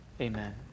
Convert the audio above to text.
Amen